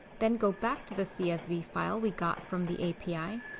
then go back to the csv file we got from the api.